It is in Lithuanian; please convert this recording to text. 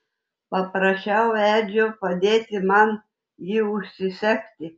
paprašiau edžio padėti man jį užsisegti